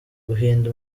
guhinda